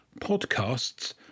podcasts